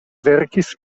verkis